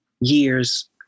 years